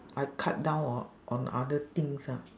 I cut down on on other things ah